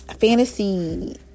fantasy